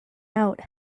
out